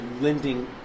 lending